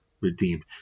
redeemed